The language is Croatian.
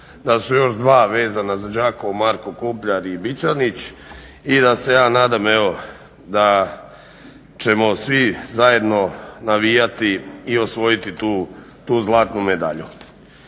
da su još dva vezana za Đakovo, Marko Kopljar i Bičanić i da se ja nadam evo da ćemo svi zajedno navijati i osvojiti tu zlatnu medalju.